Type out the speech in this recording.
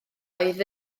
oedd